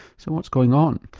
so what's going on?